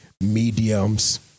mediums